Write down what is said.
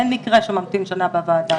אין מקרה שממתין שנה בוועדה,